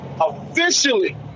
officially